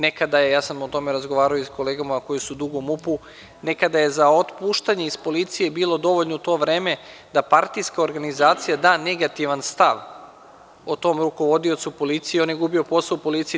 Nekada je, ja sam o tome razgovarao i sa kolegama koje su dugo u MUP-u, nekada je za otpuštanje iz policije bilo dovoljno u to vreme da partijska organizacija da negativan stav o tom rukovodiocu policije i on je gubio posao u policiji.